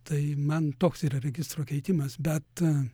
tai man toks yra registro keitimas bet